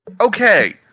Okay